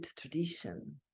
tradition